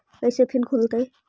कैसे फिन खुल तय?